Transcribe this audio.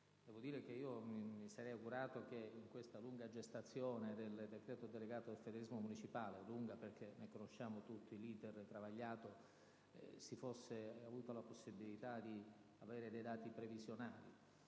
nostro Paese. Mi sarei augurato che in questa lunga gestazione del decreto delegato sul federalismo municipale - lunga, perché ne conosciamo tutti l'*iter* travagliato - si fosse avuta la possibilità di avere dei dati previsionali.